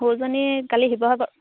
সৰুজনী কালি শিৱসাগৰ